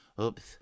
Oops